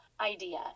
idea